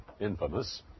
infamous